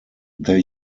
their